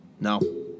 No